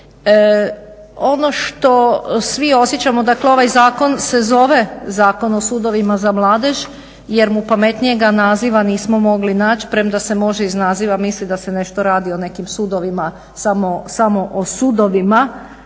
Ono što svi osjećamo, dakle ovaj zakon se zove Zakon o sudovima za mladež jer mu pametnijega naziva nismo mogli naći premda se može iz naziva misliti da se nešto radi o nekim sudovima samo o sudovima